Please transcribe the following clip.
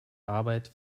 arbeit